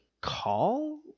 call